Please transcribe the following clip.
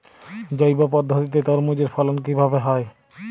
জৈব পদ্ধতিতে তরমুজের ফলন কিভাবে হয়?